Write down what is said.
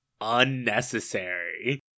unnecessary